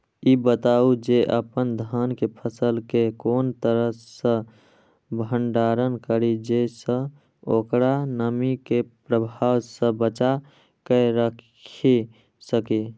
ई बताऊ जे अपन धान के फसल केय कोन तरह सं भंडारण करि जेय सं ओकरा नमी के प्रभाव सं बचा कय राखि सकी?